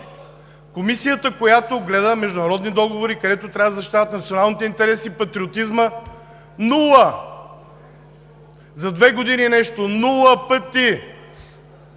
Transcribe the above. Комисията, която гледа международни договори, където трябва да се защитават националните интереси, патриотизмът – нула, за две години и нещо – нула пъти!